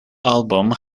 album